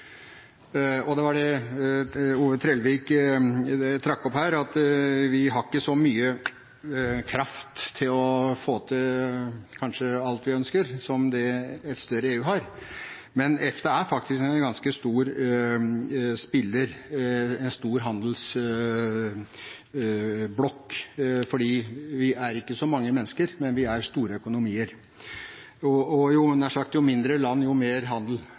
Det var det Ove Trellevik trakk opp her, at vi ikke har så mye kraft til å få til kanskje alt vi ønsker, som det et større EU har. Men EFTA er faktisk en ganske stor spiller, en stor handelsblokk. Vi er ikke så mange mennesker, men vi er store økonomier, og jo – nær sagt – mindre land, jo mer handel,